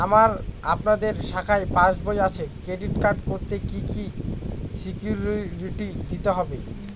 আমার আপনাদের শাখায় পাসবই আছে ক্রেডিট কার্ড করতে কি কি সিকিউরিটি দিতে হবে?